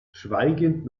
schweigend